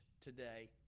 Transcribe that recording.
today